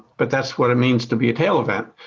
but that's what it means to be a tail event.